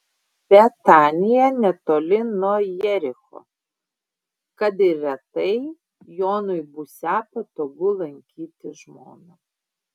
betanija netoli nuo jericho kad ir retai jonui būsią patogu lankyti žmoną